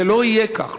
זה לא יהיה כך.